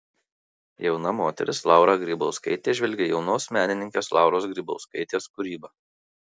jauna moteris laura grybkauskaitė žvelgia į jaunos menininkės lauros grybkauskaitės kūrybą